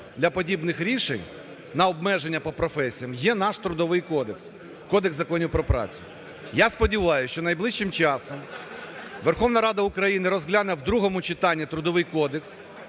для подібних рішень на обмеження по професіям є наш Трудовий кодекс – Кодекс законів про працю. Я сподіваюсь, що найближчим часом Верховна Рада України розгляне в другому читанні Трудовий кодекс,